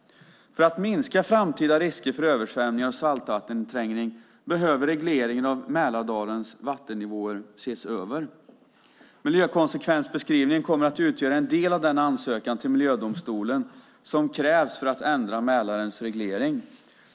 För att minska framtida risker för översvämningar och saltvatteninträngning behöver regleringen av Mälarens vattennivåer ses över. Miljökonsekvensbeskrivningen kommer att utgöra en del av den ansökan till miljödomstolen som krävs för att ändra Mälarens reglering.